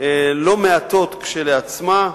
לא מעטות, כלשעצמה,